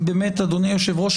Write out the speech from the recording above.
אדוני היו"ר,